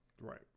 right